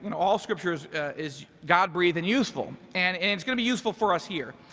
and all scriptures is god breathed and useful, and and it's gonna be useful for us here,